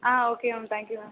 ah okay ma'am thank you ma'am